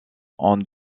ont